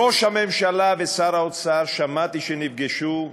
ראש הממשלה ושר האוצר, שמעתי שנפגשו,